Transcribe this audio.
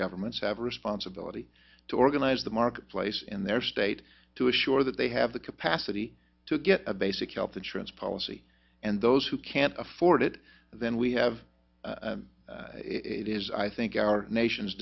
governments have a responsibility to organize the marketplace in their state to assure that they have the capacity to get a basic health insurance policy and those who can't afford it then we have it is i think our nation's